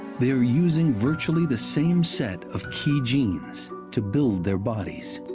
they are using virtually the same set of key genes to build their bodies.